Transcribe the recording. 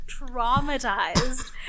traumatized